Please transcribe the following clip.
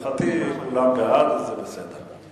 לשמחתי כולם בעד אז זה בסדר.